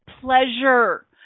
pleasure